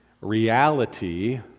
Reality